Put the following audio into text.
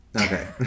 Okay